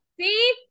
see